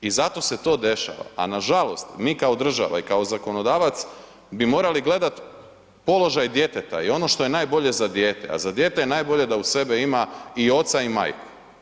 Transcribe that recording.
I zato se to dešava, a nažalost mi kao država i kao zakonodavac bi morali gledati položaj djeteta i ono što je najbolje za dijete, a za dijete je najbolje da uz sebe ima i oca i majku.